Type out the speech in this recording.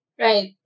Right